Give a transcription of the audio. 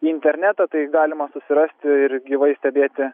interneto tai galima susirasti ir gyvai stebėti